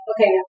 okay